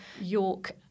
York